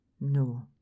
No